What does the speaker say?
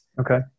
Okay